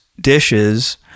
dishes